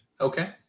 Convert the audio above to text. Okay